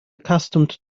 accustomed